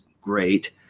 great